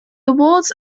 awards